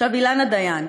עכשיו, אילנה דיין.